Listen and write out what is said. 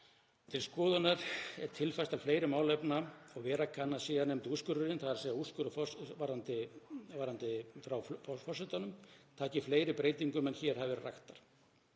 til skoðunar er tilfærslan fleiri málefna og vera kann að síðarnefndi úrskurðurinn, þ.e. úrskurður frá forsetanum, taki fleiri breytingum en hér hafa verið raktar.